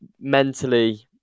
mentally